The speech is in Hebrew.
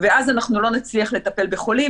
ואז אנחנו לא נצליח לטפל בחולים,